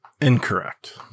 Incorrect